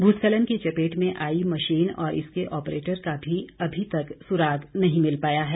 भूस्खलन की चपेट में आई मशीन और इसके ऑप्रेटर का भी अभी तक सुराग नहीं मिल पाया है